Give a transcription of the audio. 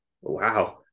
wow